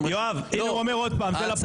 יואב, הוא אומר את זה עוד פעם.